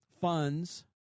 funds